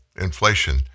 inflation